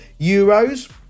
euros